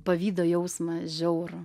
pavydo jausmą žiaurų